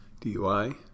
DUI